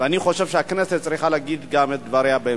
ואני חושב שהכנסת צריכה להגיד את דבריה גם בהמשך,